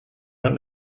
what